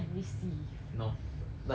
no let's not end with that quote